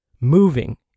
moving